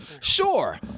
Sure